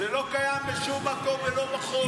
זה לא קיים בשום מקום ולא בחוק.